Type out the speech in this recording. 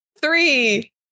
Three